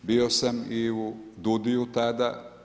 Bio sam i u DUUDI-u tada.